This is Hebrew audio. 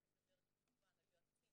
ואני מדברת כמובן על יועצים,